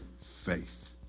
faith